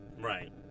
Right